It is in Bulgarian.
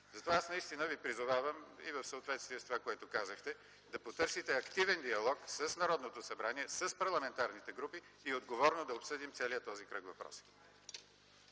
Затова аз наистина Ви призовавам, и в съответствие с това, което казахте, да потърсите активен диалог с Народното събрание, с парламентарните групи и отговорно да обсъдим целия този кръг въпроси.